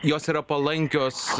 jos yra palankios